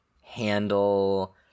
handle